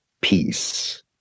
peace